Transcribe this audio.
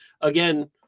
again